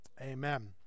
amen